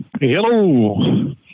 Hello